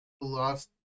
Lost